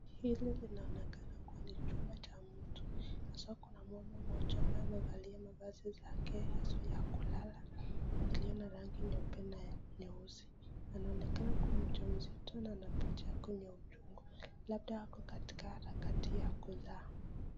Hili linaonekana kuwa ni chumba cha mtu ,haswa kuna mama mmoja ambaye amevalia mavazi zake haswa ya kulala iliyo na rangi nyeupe na ya nyeusi , anaonekana kuwa mjamzito na anapitia kwenye uchungu labda ako katika harakati ya kuzaa.